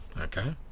Okay